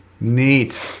Neat